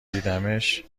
دیدمش